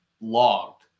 logged